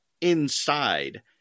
inside